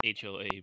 HOA